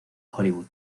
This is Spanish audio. hollywood